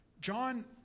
John